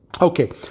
Okay